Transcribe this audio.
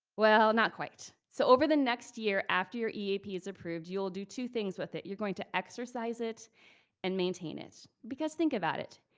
well, not quite. so over the next year after your eap is approved, you'll do two things with it. you're going to exercise it and maintain it. because think about it.